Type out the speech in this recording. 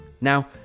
Now